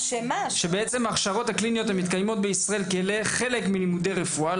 שעניינו: לגבי ההכשרות הקליניות המתקיימות בישראל כחלק מלימודי רפואה.